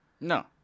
No